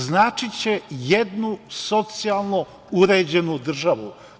Značiće jednu socijalno uređenu državu.